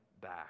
back